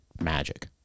magic